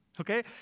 Okay